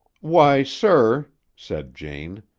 why, sir, said jane,